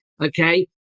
okay